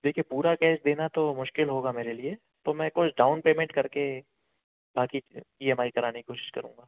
देखिए पूरा कैश देना तो मुश्किल होगा मेरे लिए तो मैं कुछ डाउन पेमेंट करके बाकी ई एम आई कराने की कोशिश करूँगा